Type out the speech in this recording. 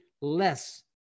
less